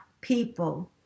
people